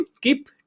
keep